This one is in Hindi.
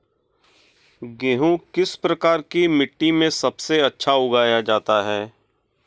गेहूँ किस प्रकार की मिट्टी में सबसे अच्छा उगाया जाता है?